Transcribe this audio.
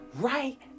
right